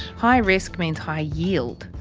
high risk means high yield.